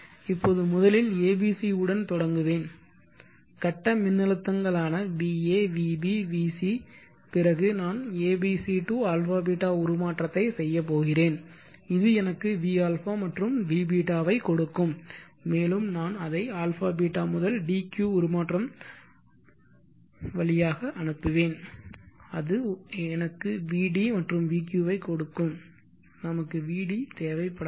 இப்போது முதலில் abc உடன் தொடங்குவேன் கட்ட மின்னழுத்தங்களான va vb vc பிறகு நான் abc to αβ உருமாற்றத்தை செய்யப் போகிறேன் இது எனக்கு vα மற்றும் vβ ஐக் கொடுக்கும் மேலும் நான் அதை αβ முதல் dq உருமாற்றம் வழியாக அனுப்புவேன் அது எனக்கு vd மற்றும் vq ஐ கொடுக்கும் நமக்கு vd தேவைப்படாது